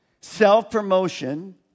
self-promotion